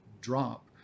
drop